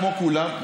כמו כולם,